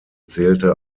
zählte